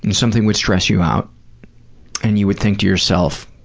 and something would stress you out and you would think to yourself,